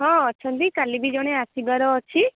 ହଁ ଅଛନ୍ତି କାଲି ବି ଜଣେ ଆସିବାର ଅଛି